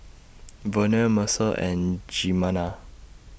Vonnie Mercer and Jimena